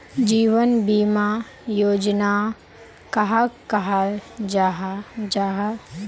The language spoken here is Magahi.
जीवन बीमा योजना कहाक कहाल जाहा जाहा?